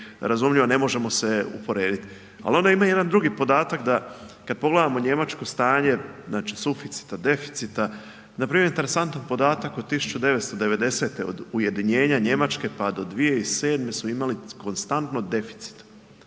razumljivo ne možemo se usporediti. Ali onda ima i jedan drugi podatak da kad pogledamo njemačko stanje, znači suficita, deficita, npr. interesantan podatak od 1990. od ujedinjenja Njemačke pa dao 2007. su imali konstantno deficitu